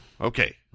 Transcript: Okay